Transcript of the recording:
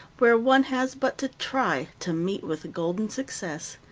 where one has but to try to meet with golden success.